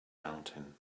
mountain